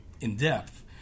in-depth